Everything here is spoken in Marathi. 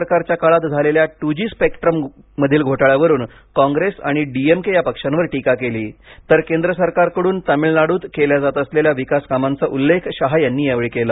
सरकारच्या काळात झालेल्या टू जी स्पेक्ट्रम मधील घोटाळ्यावरून कॉंग्रेस आणि डी एम के या पक्षांवर टीका केली तर केंद्र सरकारकडून तामिळनाडूत केल्या जात असलेल्या विकास कामांचा उल्लेख शहा यांनी यावेळी केला